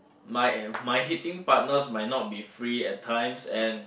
my my hitting partners might not be free at times and